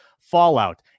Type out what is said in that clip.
fallout